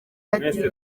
ati